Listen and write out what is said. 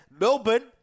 Melbourne